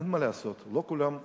אין מה לעשות, לא כולם דתיים,